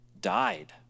died